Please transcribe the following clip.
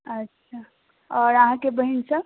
अच्छा आओर अहाँकेँ बहिन सब